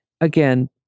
Again